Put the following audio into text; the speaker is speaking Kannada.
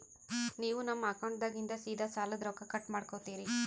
ನೀವು ನಮ್ಮ ಅಕೌಂಟದಾಗಿಂದ ಸೀದಾ ಸಾಲದ ರೊಕ್ಕ ಕಟ್ ಮಾಡ್ಕೋತೀರಿ?